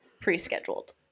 pre-scheduled